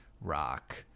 rock